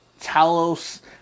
Talos